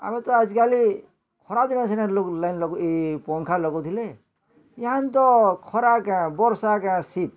ଆମେ ତ ଆଜିକାଲି ଖରାଦିନେ ସିନେ ଲୋକ୍ ଲାଇନ୍ ଏ ପଙ୍ଖା ଲଗୋଉଥିଲେ ୟାହାଁତ ଖରା କେଁ ବର୍ଷା କେଁ ଶୀତ୍